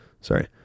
sorry